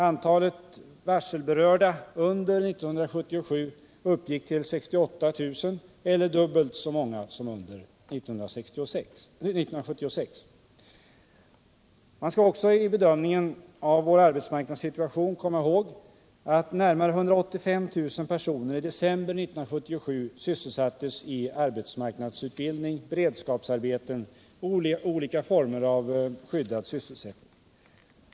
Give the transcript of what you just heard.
Antalet varselberörda under 1977 uppgick till 68 000, eller dubbelt så många som under 1976. Man skall också vid bedömningen av vår arbetsmarknadssituation komma ihåg att närmare 185 000 personer i december 1977 sysselsattes i arbetsmarknadsutbildning, beredskapsarbeten och olika former av skyddad sysselsättning.